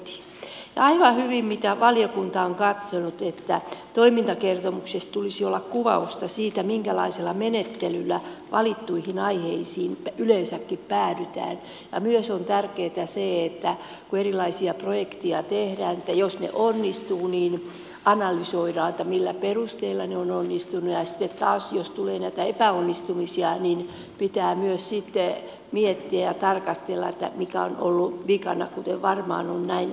aivan hyvin mitä valiokunta on katsonut toimintakertomuksessa tulisi olla kuvausta siitä minkälaisella menettelyllä valittuihin aiheisiin yleensäkin päädytään ja myös on tärkeätä se että kun erilaisia projekteja tehdään jos ne onnistuvat niin analysoidaan millä perusteella ne ovat onnistuneet ja sitten taas jos tulee näitä epäonnistumisia pitää myös miettiä ja tarkastella mikä on ollut vikana kuten varmaan on näin käynytkin joskus